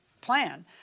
plan